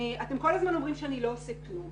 אתם כל הזמן אומרים ש: "אני לא עושה כלום".